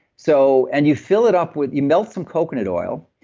so and you fill it up with, you melt some coconut oil.